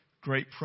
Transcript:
great